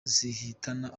zihitana